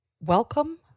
welcome